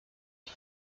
ich